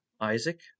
Isaac